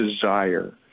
desire